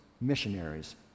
missionaries